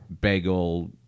bagel